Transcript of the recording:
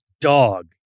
dog